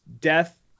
death